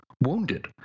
wounded